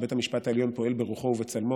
שבית המשפט העליון פועל ברוחו ובצלמו,